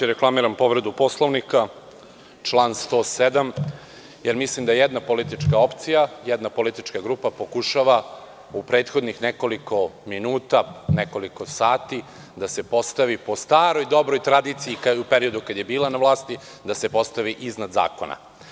Reklamiram povredu Poslovnika, član 107. jer mislim da jedna politička opcija, jedna politička grupa pokušava u prethodnih nekoliko minuta, nekoliko sati da se postavi, po staroj dobroj tradiciji kada je bila na vlasti, da se postavi iznad zakona.